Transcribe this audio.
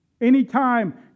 anytime